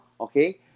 okay